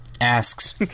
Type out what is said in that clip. asks